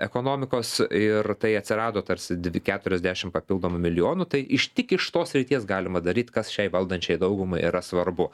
ekonomikos ir tai atsirado tarsi dvi keturiasdešim papildomų milijonų tai iš tik iš tos srities galima daryt kas šiai valdančiai daugumai yra svarbu